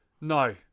No